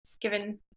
given